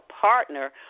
partner